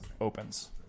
opens